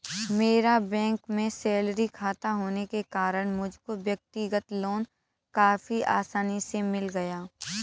मेरा बैंक में सैलरी खाता होने के कारण मुझको व्यक्तिगत लोन काफी आसानी से मिल गया